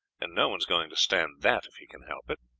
and no one's going to stand that if he can help it.